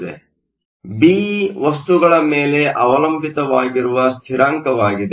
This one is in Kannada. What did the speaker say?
ಆದ್ದರಿಂದ Be ವಸ್ತುಗಳ ಮೇಲೆ ಅವಲಂಬಿತವಾಗಿರುವ ಸ್ಥಿರಾಂಕವಾಗಿದೆ